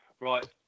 right